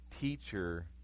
teacher